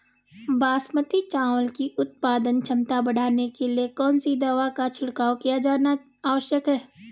बासमती चावल की उत्पादन क्षमता बढ़ाने के लिए कौन सी दवा का छिड़काव किया जाना आवश्यक है?